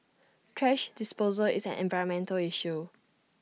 thrash disposal is an environmental issue